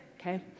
Okay